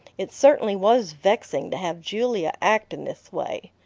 it certainly was vexing to have julia act in this way,